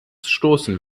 stoßen